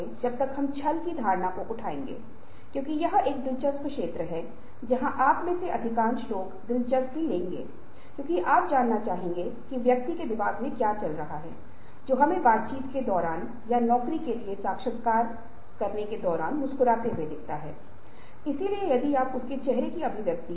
तब जमने का चरण केवल परिवर्तन कर रहा है जो मामलों की एक नई स्थिति बनाने का प्रयास कर रहा है या तो प्रौद्योगिकी में परिवर्तन या प्रक्रिया में परिवर्तन या उत्पाद का परिवर्तन